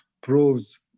proves